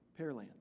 Pearland